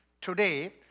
Today